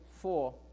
four